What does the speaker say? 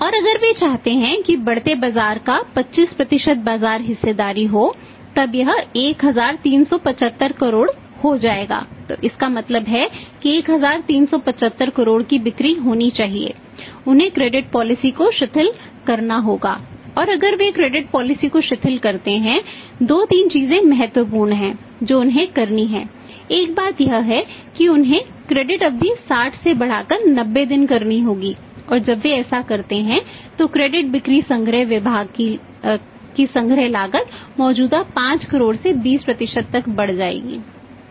और अगर वे चाहते हैं कि बढ़ते बाजार का 25 बाजार हिस्सेदारी हो तब यह 1375 करोड़ हो जाएगा तो इसका मतलब है कि 1375 करोड़ की बिक्री होनी चाहिए उन्हें क्रेडिट पॉलिसी बिक्री संग्रह विभाग की संग्रह लागत मौजूदा 5 करोड़ से 20 तक बढ़ जाएगी ठीक है